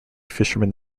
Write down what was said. fishermen